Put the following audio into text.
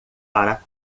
para